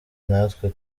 natwe